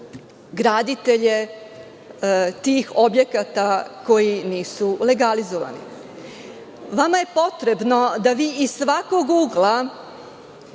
graditelje tih objekata koji nisu legalizovani. Vama je potrebno da vi iz svakog ugla